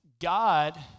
God